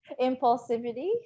Impulsivity